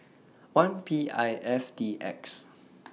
one P I F D X